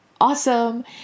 awesome